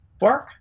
work